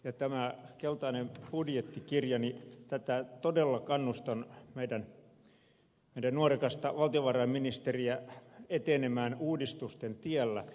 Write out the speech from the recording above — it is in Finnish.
tämän keltaisen budjettikirjan osalta todella kannustan meidän nuorekasta valtiovarainministeriämme etenemään uudistusten tiellä